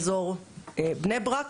אזור בני ברק.